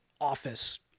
office